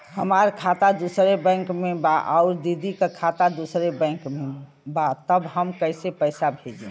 हमार खाता दूसरे बैंक में बा अउर दीदी का खाता दूसरे बैंक में बा तब हम कैसे पैसा भेजी?